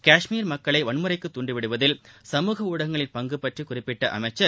கஷ்மீரில் மக்களை வன்முறைக்கு தூண்டிவிடுவதில் சமூக ஊடகங்களின் பங்கு பற்றி குறிப்பிட்ட அமைச்சர்